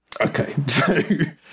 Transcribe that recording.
Okay